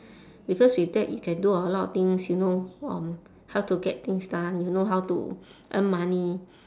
because with that you can do a lot things you know um how to get things done you know how to earn money